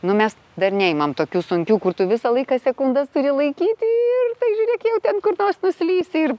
nu mes dar neimam tokių sunkių kur tu visą laiką sekundas turi laikyti ir tai žiūrėk jau ten kur nors nuslysi ir